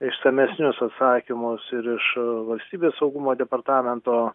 išsamesnius atsakymus ir iš valstybės saugumo departamento